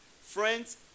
Friends